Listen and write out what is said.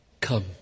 Come